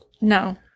No